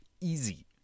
easy